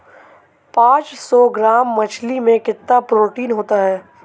पांच सौ ग्राम मछली में कितना प्रोटीन होता है?